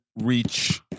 reach